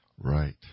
Right